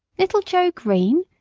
little joe green!